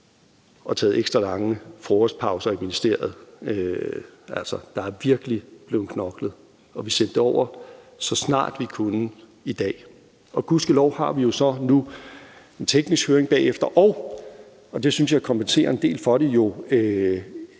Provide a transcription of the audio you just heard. og taget ekstra lange frokostpauser i ministeriet. Altså, der er virkelig blevet knoklet, og vi sendte det over, så snart vi kunne i dag. Og gudskelov har vi jo så en teknisk høring bagefter og – det synes jeg jo kompenserer en del for det –